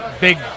Big